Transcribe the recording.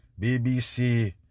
BBC